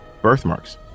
birthmarks